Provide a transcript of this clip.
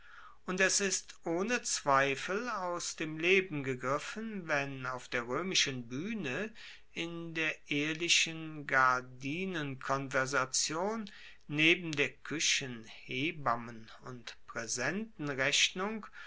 und es ist ohne zweifel aus dem leben gegriffen wenn auf der roemischen buehne in der ehelichen gardinenkonversation neben der kuechen hebammen und